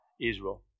Israel